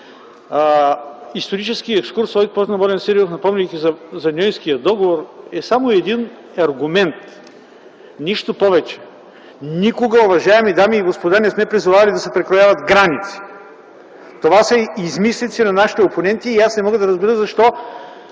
Историческият пример на Волен Сидеров, напомняйки за Ньойския договор, е само един аргумент, нищо повече. Никога, уважаеми дами и господа, не сме призовавали да се прекрояват граници. Това са измислици на нашите опоненти и аз не мога да разбера защо